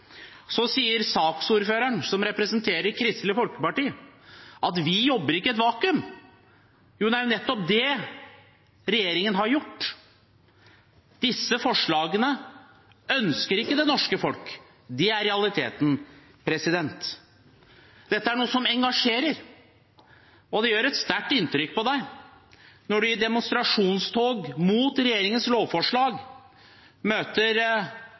Så sier saksordføreren, som representerer Kristelig Folkeparti, at vi jobber ikke i et vakuum. Jo, det er nettopp det regjeringen har gjort. Disse forslagene ønsker ikke det norske folk. Det er realiteten. Dette er noe som engasjerer, og det gjør et sterkt inntrykk på en når en i demonstrasjonstog mot regjeringens lovforslag møter